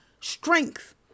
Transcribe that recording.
strength